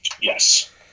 yes